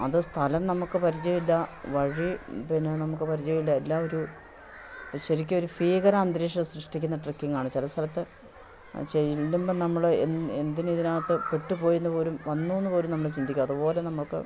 അത് സ്ഥലം നമുക്ക് പരിചയമില്ല വഴി പിന്നെ നമുക്ക് പരിചയമില്ല എല്ലാം ഒരു ശരിക്കും ഒരു ഭീകര അന്തരീക്ഷം സൃഷ്ടിക്കുന്ന ട്രക്കിങ്ങാണ് ചില സ്ഥലത്ത് ചെല്ലുമ്പം നമ്മൾ എന്തിനിതിനകത്ത് പെട്ടു പോയെന്നു പോലും വന്നുവെന്നു പോലും നമ്മൾ ചിന്തിക്കും അതു പോലെ നമുക്ക്